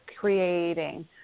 creating